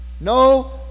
no